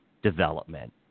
Development